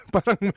Parang